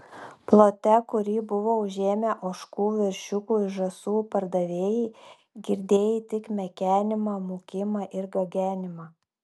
plote kurį buvo užėmę ožkų veršiukų ir žąsų pardavėjai girdėjai tik mekenimą mūkimą ir gagenimą